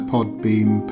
Podbeam